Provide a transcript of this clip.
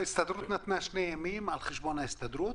ההסתדרות נתנה שני ימים על חשבון ההסתדרות?